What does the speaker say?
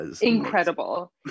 incredible